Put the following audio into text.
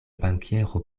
bankiero